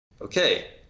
okay